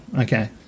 Okay